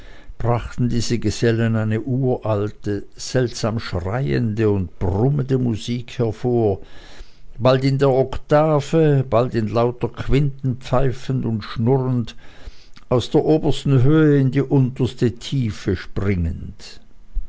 brachten diese gesellen eine uralte seltsam schreiende und brummende musik hervor bald in der oktave bald in lauter quinten pfeifend und schnurrend aus der obersten höhe in die unterste tiefe springend